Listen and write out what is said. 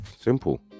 simple